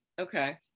Okay